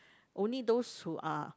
only those who are